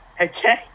Okay